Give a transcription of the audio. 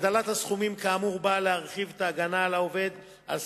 הגדלת הסכומים כאמור נועדה להרחיב את ההגנה על העובד ועל